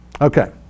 Okay